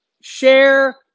share